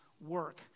work